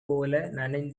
போல